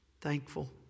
thankful